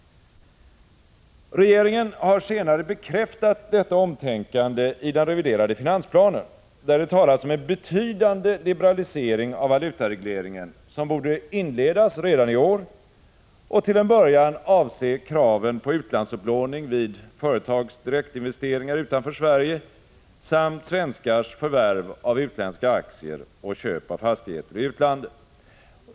Regeringen har senare bekräftat detta omtänkande i den reviderade finansplanen, där det talas om en betydande liberalisering av valutaregleringen som borde inledas redan i år och till en början avse kraven på utlandsupplåning vid företags direktinvesteringar utanför Sverige samt svenskars förvärv av utländska aktier och köp av fastigheter i utlandet.